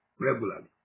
regularly